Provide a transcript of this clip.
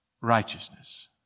righteousness